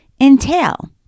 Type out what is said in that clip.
entail